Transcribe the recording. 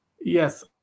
yes